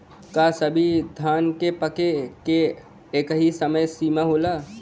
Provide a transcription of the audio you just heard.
का सभी धान के पके के एकही समय सीमा होला?